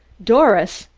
doris!